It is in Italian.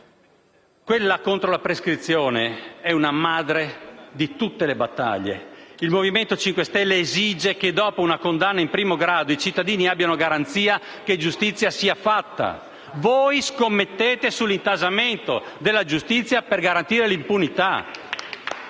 Quella contro la prescrizione è la madre di tutte le battaglie. Il Movimento 5 Stelle esige che, dopo una condanna in primo grado, i cittadini abbiano garanzia che giustizia sia fatta. Voi scommettete sull'intasamento della giustizia per garantire l'impunità.